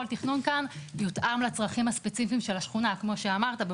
כל תכנון כאן יותאם לתכנון הספציפי של השכונה כמו שאמרת,